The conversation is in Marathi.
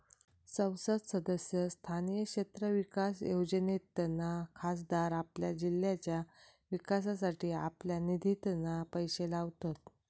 संसद सदस्य स्थानीय क्षेत्र विकास योजनेतना खासदार आपल्या जिल्ह्याच्या विकासासाठी आपल्या निधितना पैशे लावतत